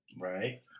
Right